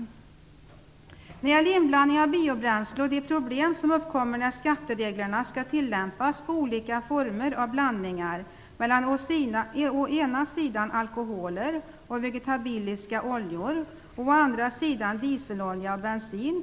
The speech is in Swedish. I betänkandet tas upp inblandningen av biobränsle och de problem som uppkommer när skattereglerna skall tillämpas för olika former av blandningar mellan å ena sidan alkholer och vegetabiliska oljor och å andra sidan dieselolja och bensin.